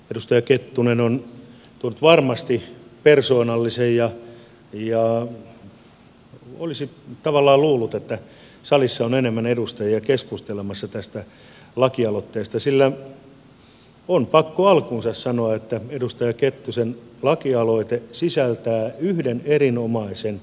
edustaja kettunen on tuonut varmasti persoonallisen lakialoitteen ja olisi tavallaan luullut että salissa olisi enemmän edustajia keskustelemassa tästä lakialoitteesta sillä on pakko alkuunsa sanoa että edustaja kettusen lakialoite sisältää yhden erinomaisen piirteen